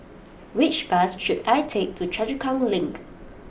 which bus should I take to Choa Chu Kang Link